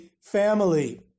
family